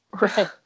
Right